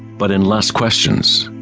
but in less questions.